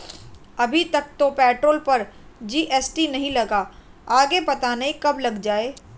अभी तक तो पेट्रोल पर जी.एस.टी नहीं लगा, आगे पता नहीं कब लग जाएं